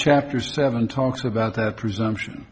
chapter seven talks about that presumption